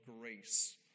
grace